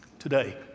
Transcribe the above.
Today